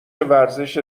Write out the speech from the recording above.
ورزش